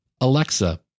Alexa